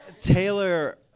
Taylor